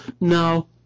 No